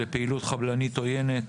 לפעילות חבלנית עוינת.